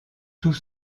tous